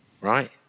right